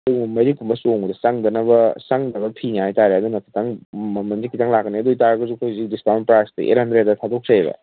ꯑꯗꯨꯒꯨꯝꯕ ꯃꯩꯔꯤꯛꯀꯨꯝꯕ ꯆꯣꯡꯕꯗ ꯆꯪꯗꯅꯕ ꯆꯪꯗꯕ ꯐꯤꯅꯦ ꯍꯥꯏꯇꯥꯔꯦ ꯑꯗꯨꯅ ꯈꯤꯇꯪ ꯃꯃꯟꯗꯤ ꯈꯤꯇꯪ ꯂꯥꯛꯀꯅꯦ ꯑꯗꯨ ꯑꯣꯏꯇꯥꯔꯒꯁꯨ ꯑꯩꯈꯣꯏ ꯍꯧꯖꯤꯛ ꯗꯤꯁꯀꯥꯎꯟ ꯄ꯭ꯔꯥꯏꯁꯁꯦ ꯑꯩꯠ ꯍꯟꯗ꯭ꯔꯦꯗꯇ ꯊꯥꯗꯣꯛꯆꯩꯑꯕ